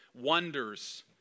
wonders